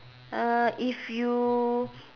uh if you